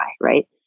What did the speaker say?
right